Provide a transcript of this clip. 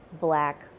black